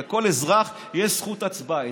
לכל אזרח יש זכות הצבעה.